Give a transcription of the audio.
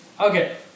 Okay